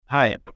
Hi